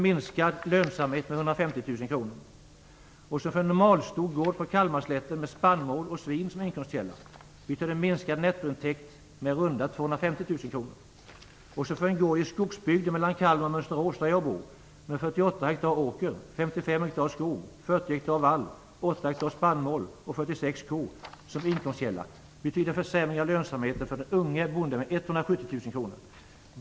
För en normalstor gård på Kalmarslätten med spannmål och svin som inkomstkälla betyder det en minskad nettointäkt på ca 250 000 kr. För en gård i skogsbygden mellan Kalmar och Mönsterås, där jag bor, med 48 hektar åker, 55 hektar skog, 40 hektar vall, 8 hektar spannmål och 46 kor som inkomstkälla betyder det en försämring av lönsamheten för den unge bonden med 170 000 kr.